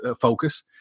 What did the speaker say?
focus